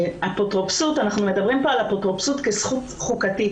אנחנו מדברים פה על אפוטרופסות כזכות חוקתית,